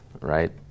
right